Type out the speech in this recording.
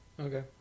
Okay